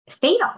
fatal